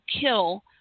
kill